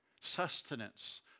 sustenance